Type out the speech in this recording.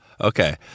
Okay